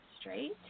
straight